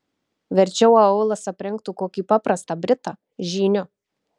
verčiau aulas aprengtų kokį paprastą britą žyniu